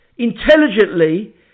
intelligently